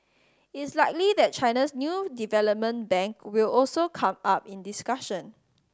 it's likely that China's new development bank will also come up in discussion